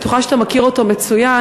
אני בטוחה שאתה מכיר אותו מצוין.